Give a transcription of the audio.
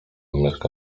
mieszka